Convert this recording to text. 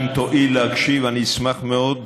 אם תואיל להקשיב אני אשמח מאוד.